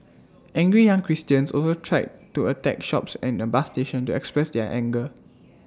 angry young Christians also tried to attack shops and A bus station to express their anger